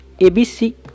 ABC